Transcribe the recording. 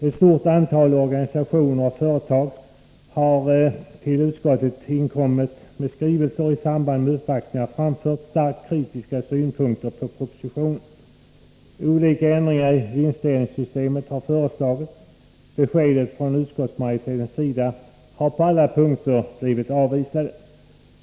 Ett stort antal organisationer och företag har i till utskottet inkommna skrivelser och i samband med uppvaktningar framfört starkt kritiska synpunkter på propositionen. Olika ändringar i vinstdelningssystemet har föreslagits. Beskedet från utskottsmajoriteten har på alla punkter blivit avvisande.